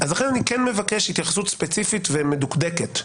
לכן אני כן מבקש התייחסות ספציפית ומדוקדקת.